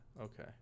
Okay